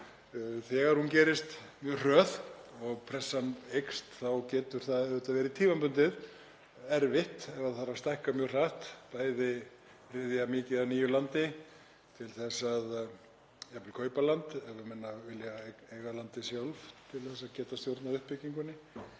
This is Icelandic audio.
Þegar hún er mjög hröð og pressan eykst þá getur þetta auðvitað verið tímabundið erfitt ef það þarf að stækka mjög hratt, bæði ryðja mikið af nýju landi og jafnvel kaupa land ef menn vilja eiga landið sjálfir til að geta stjórnað uppbyggingunni